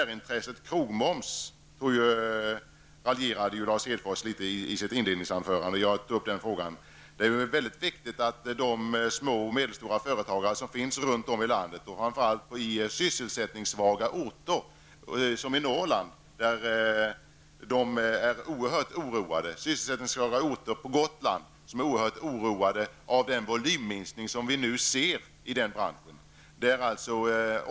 Lars Hedfors raljerade i sitt inledningsanförande litet över särintresset krogmoms, och jag vill också ta upp den frågan. Detta är mycket viktigt för de små och medelstora företag som finns runt om i landet, framför allt på sysselsättningssvaga orter som t.ex. i Norrland. Dessa företagare är, liksom de på sysselsättningssvaga orter på Gotland, oerhört oroade av den volymminskning som vi nu ser inom denna bransch.